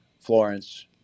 Florence